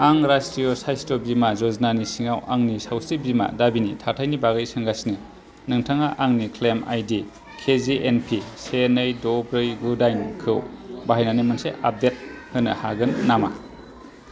आं राष्ट्रीय' स्वास्थ्य बीमा योजनानि सिङाव आंनि सावस्रि बीमा दाबिनि थाथायनि बागै सोंगासिनो नोंथाङा आंनि क्लेइम आइडि केजिएनपि से नै द ब्रै गु दाइनखौ बाहायनानै मोनसे आपडेट होनो हागोन नामा